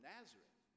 Nazareth